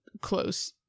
close